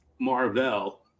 Marvel